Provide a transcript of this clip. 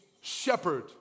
Shepherd